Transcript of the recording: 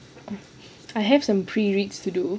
I have some pre reads to do